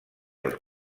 els